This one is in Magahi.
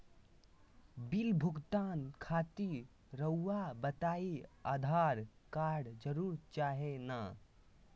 बिल भुगतान खातिर रहुआ बताइं आधार कार्ड जरूर चाहे ना?